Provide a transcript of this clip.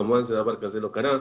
כמובן דבר כזה לא קרה,